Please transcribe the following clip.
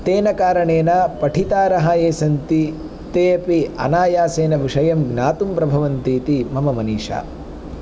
तेन कारणेन पठितारः ये सन्ति तेऽपि अनायासेन विषयं ज्ञातुं प्रभवन्ति इति मम मनीषा